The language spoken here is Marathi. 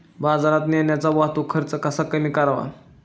बाजारात नेण्याचा वाहतूक खर्च कसा कमी करावा?